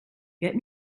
get